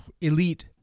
elite